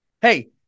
Hey